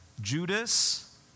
Judas